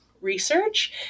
research